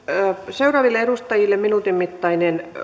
seuraaville edustajille minuutin mittainen